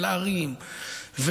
לערים,